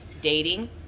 dating